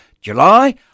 July